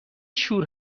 شور